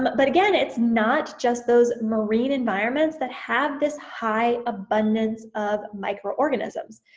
but but again it's not just those marine environments that have this high abundance of microorganisms.